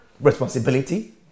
responsibility